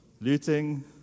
looting